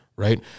Right